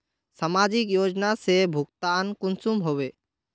समाजिक योजना से भुगतान कुंसम होबे?